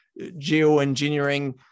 geoengineering